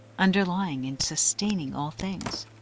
underlying and sustaining all things.